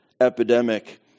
epidemic